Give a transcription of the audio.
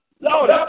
Lord